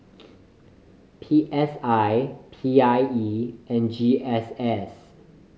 P S I P I E and G S S